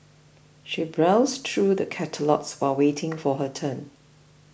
she browsed through the catalogues while waiting for her turn